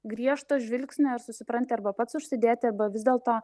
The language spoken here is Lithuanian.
griežto žvilgsnio ir susipranti arba pats užsidėti arba vis dėlto